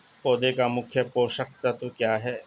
पौधे का मुख्य पोषक तत्व क्या हैं?